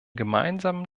gemeinsamen